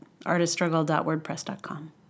artiststruggle.wordpress.com